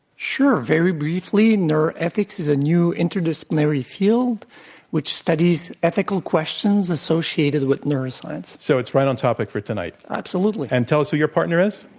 sure. very briefly, neuroethics is a new interdisciplinary field which studies ethical questions associated with neuroscience. so it's right on topic for tonight? absolutely. and tell us who your partner is.